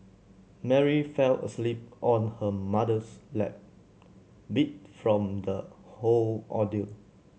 Mary fell asleep on her mother's lap beat from the whole ordeal